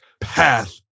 path